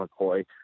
McCoy